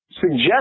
suggest